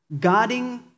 guarding